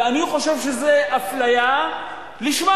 ואני חושב שזו אפליה לשמה.